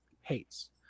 hates